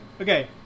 Okay